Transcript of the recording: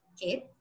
Kate